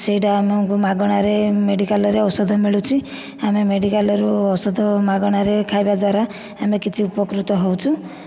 ସେଇଟା ଆମକୁ ମାଗଣାରେ ମେଡ଼ିକାଲରେ ଔଷଧ ମିଳୁଛି ଆମେ ମେଡ଼ିକାଲରୁ ଔଷଧ ମାଗଣାରେ ଖାଇବା ଦ୍ଵାରା ଆମେ କିଛି ଉପକୃତ ହେଉଛୁ